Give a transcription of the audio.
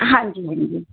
हां जी हां जी